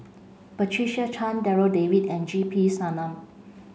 Patricia Chan Darryl David and G P Selvam